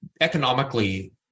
economically